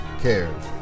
cares